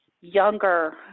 younger